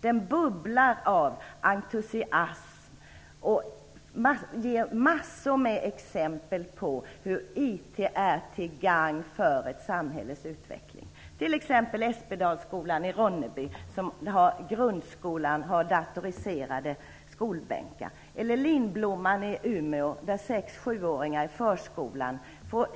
Tidskriften bubblar av entusiasm och ger mängder av exempel på hur IT är till gagn för ett samhälles utveckling: På Espedalsskolan i Ronneby har grundskolan datoriserade skolbänkar. På förskolan Lindblomman i Umeå får 6 och 7-åringar